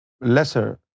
lesser